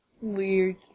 Weird